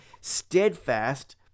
steadfast